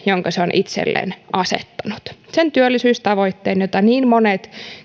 jonka se on itselleen asettanut sen työllisyystavoitteen jota niin monet